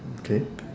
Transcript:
okay